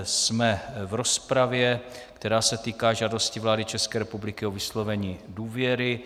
Jsme v rozpravě, která se týká žádosti vlády České republiky o vyslovení důvěry.